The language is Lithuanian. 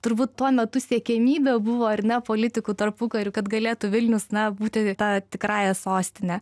turbūt tuo metu siekiamybė buvo ar ne politikų tarpukariu kad galėtų vilnius na būti ta tikrąja sostine